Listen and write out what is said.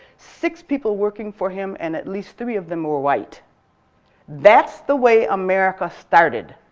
six people working for him and at least three of them were white that's the way america started.